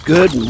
Good